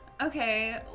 Okay